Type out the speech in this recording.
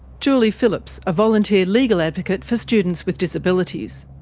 julie phillips, a volunteer legal advocate for students with disabilities.